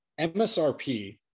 MSRP